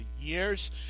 years